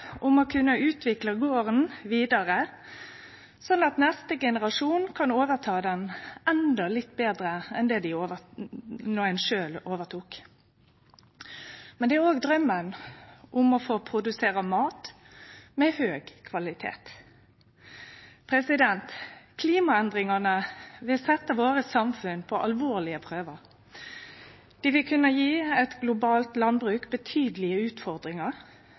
om å kunne utvikle garden vidare, slik at neste generasjon kan overta han endå litt betre enn då ein sjølv overtok. Men det er òg draumen om å produsere mat med høg kvalitet. Klimaendringane set samfunna våre på alvorlege prøver. Det vil kunne gje eit globalt landbruk med betydelege utfordringar,